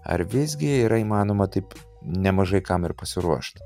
ar visgi yra įmanoma taip nemažai kam ir pasiruošti